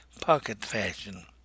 pocket-fashion